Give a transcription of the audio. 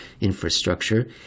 infrastructure